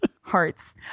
hearts